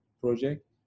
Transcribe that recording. project